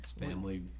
family